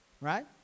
right